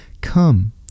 come